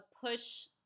push